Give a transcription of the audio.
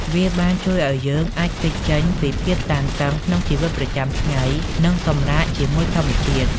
វាបានជួយឱ្យយើងអាចគេចចេញពីភាពតានតឹងក្នុងជីវិតប្រចាំថ្ងៃ និងសម្រាកជាមួយធម្មជាតិ។